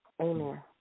Amen